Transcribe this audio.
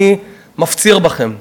אני מפציר בכם: